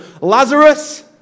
Lazarus